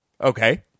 Okay